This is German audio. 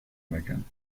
meckern